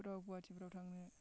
गुवाहाटिफोराव थाङो